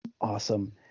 Awesome